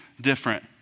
different